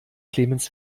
clemens